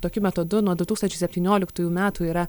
tokiu metodu nuo du tūkstančiai septynioliktųjų metų yra